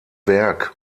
werk